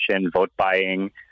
vote-buying